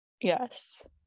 Yes